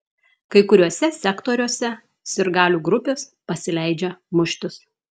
kai kuriuose sektoriuose sirgalių grupės pasileidžia muštis